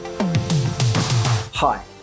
Hi